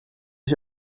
ich